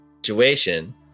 situation